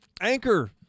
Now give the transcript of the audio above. anchor